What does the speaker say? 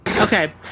Okay